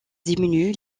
diminue